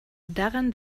daran